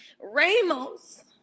Ramos